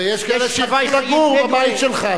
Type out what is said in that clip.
ויש הווי חיים בדואי ויש כאלה שירצו לגור בבית שלך,